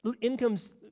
Income's